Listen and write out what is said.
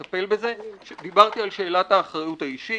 שתהיה פעולה שאנחנו יודעים איך לייצר את הקשר האוטומטי הזה.